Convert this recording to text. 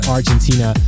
Argentina